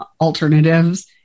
alternatives